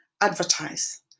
advertise